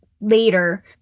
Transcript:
later